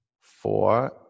four